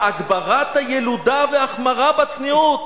"הגברת הילודה והחמרה בצניעות".